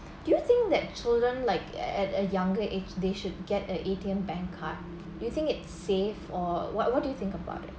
do you think that children like at a younger age they should get an A_T_M bank card you think it's safe or what what do you think about it